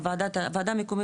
הוועדה המקומית,